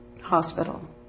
hospital